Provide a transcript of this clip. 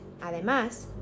Además